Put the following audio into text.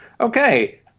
Okay